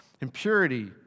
impurity